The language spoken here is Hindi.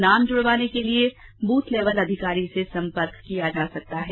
नाम जूड़वाने के लिए बूथ लेवल अधिकारी से सम्पर्क किया जा सकता है